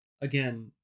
again